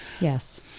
yes